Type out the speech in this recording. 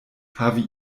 havi